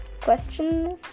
questions